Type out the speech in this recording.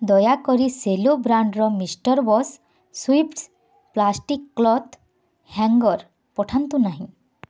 ଦୟାକରି ସେଲୋ ବ୍ରାଣ୍ଡ୍ର mister bus swift plastic cloth hanger ପଠାନ୍ତୁ ନାହିଁ